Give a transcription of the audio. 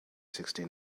sixty